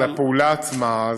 לפעולה עצמה?